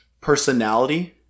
personality